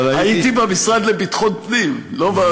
הייתי במשרד לביטחון פנים, לא בתקשורת.